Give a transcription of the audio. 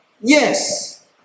yes